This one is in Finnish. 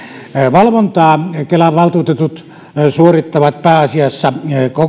valvontaa kelan valtuutetut suorittavat pääasiassa